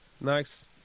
Nice